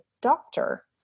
doctor